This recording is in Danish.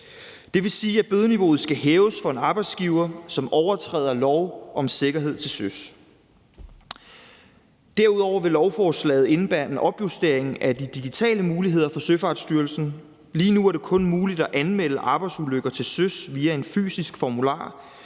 Det vil sige, at bødeniveauet skal hæves for en arbejdsgiver, som overtræder lov om sikkerhed til søs. Derudover vil lovforslaget indebære en opjustering af de digitale muligheder for Søfartsstyrelsen. Lige nu er det kun muligt at anmelde arbejdsulykker til søs via en fysisk formular,